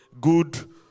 good